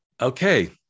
okay